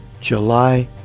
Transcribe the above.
July